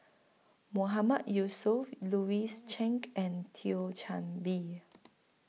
Mohamed Yusof Louis Chen and Thio Chan Bee